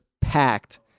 packed